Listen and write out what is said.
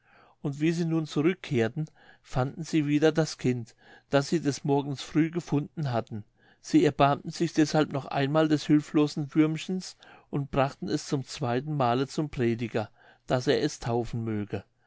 und wie sie nun zurückkehrten fanden sie wieder das kind das sie des morgens früh gefunden hatten sie erbarmten sich deshalb noch einmal des hülflosen würmchens und brachten es zum zweiten male zum prediger daß er es taufen möge